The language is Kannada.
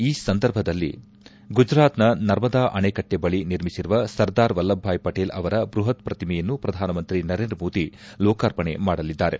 ಈ ಸಂದರ್ಭದಲ್ಲಿ ಗುಜರಾತ್ನ ನರ್ಮದಾ ಅಣೆಕಟ್ಟೆ ಬಳಿ ನಿರ್ಮಿಸಿರುವ ಸರ್ದಾರ್ ವಲ್ಲಭಭಾಯ್ ಪಟೇಲ್ ಅವರ ಬೃಹತ್ ಪ್ರತಿಮೆಯನ್ನು ಪ್ರಧಾನಮಂತ್ರಿ ನರೇಂದ್ರ ಮೋದಿ ನಾಳೆ ಲೋಕಾರ್ಪಣೆ ಮಾಡಲಿದ್ದಾರೆ